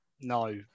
No